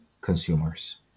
consumers